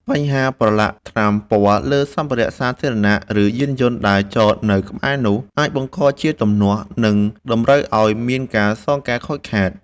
បញ្ហាប្រឡាក់ថ្នាំពណ៌លើសម្ភារៈសាធារណៈ ឬយានយន្តដែលចតនៅក្បែរនោះ អាចបង្កជាទំនាស់ និងតម្រូវឱ្យមានការសងការខូចខាត។